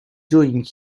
doing